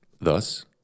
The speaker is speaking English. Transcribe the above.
Thus